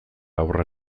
haurra